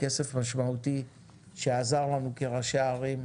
כסף משמעותי שעזר לנו כראשי ערים,